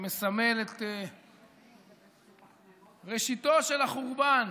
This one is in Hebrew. שמסמל את ראשיתו של החורבן,